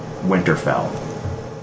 Winterfell